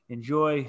Enjoy